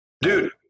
Dude